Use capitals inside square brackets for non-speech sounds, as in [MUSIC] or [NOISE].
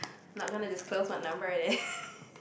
not gonna disclose what number it is [LAUGHS]